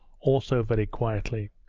also very quietly.